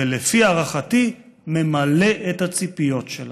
ולפי הערכתי ממלא את הציפיות שלנו.